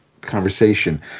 conversation